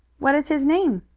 what is his name?